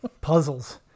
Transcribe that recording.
puzzles